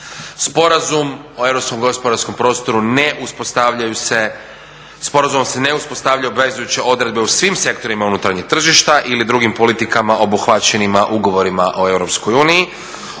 uspostavljaju se, sporazumom se ne uspostavljaju obvezujuće odredbe u svim sektorima unutarnje tržišta ili drugim politikama obuhvaćenima ugovorima o EU.